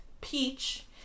Peach